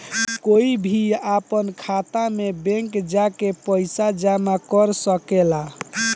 कोई भी आपन खाता मे बैंक जा के पइसा जामा कर सकेला